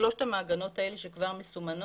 שלושת המעגנות האלה שכבר מסומנות,